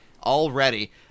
Already